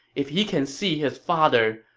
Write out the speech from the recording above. if he can see his father